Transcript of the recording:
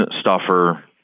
stuffer –